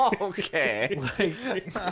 okay